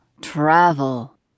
Travel